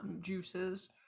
juices